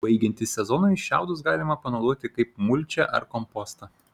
baigiantis sezonui šiaudus galima panaudoti kaip mulčią ar kompostą